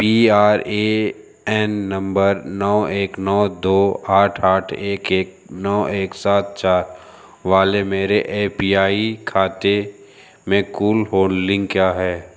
P R A N number नौ एक नौ दो आठ आठ एक एक नौ एक सात चार वाले मेरे ए पी वाई खाते में कुल होल्डिंग क्या है